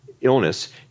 illness